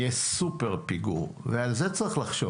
נהיה בסופר פיגור, ועל זה צריך לחשוב.